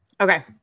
Okay